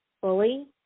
fully